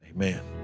Amen